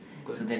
good